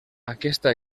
aquesta